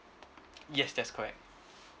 yes that's correct